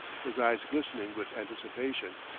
his eyes glistening with anticipation.